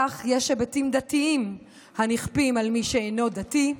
כך, יש היבטים דתיים הנכפים על מי שאינו דתי,